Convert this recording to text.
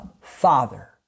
father